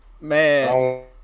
man